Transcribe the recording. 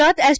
Gujarat S